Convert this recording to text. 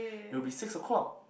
it will be six o-clock